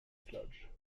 sludge